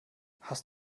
hast